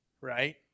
Right